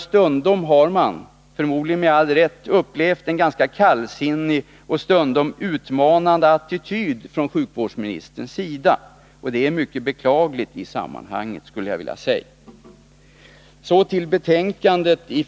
Stundom har man, förmodligen med all rätt, upplevt en ganska kallsinnig och ibland utmanande attityd hos sjukvårdsministern, och det är mycket beklagligt. Så till utskottsbetänkandet.